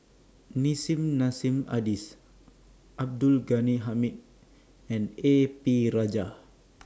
Nissim Nassim Adis Abdul Ghani Hamid and A P Rajah